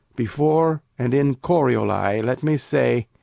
before and in corioli, let me say,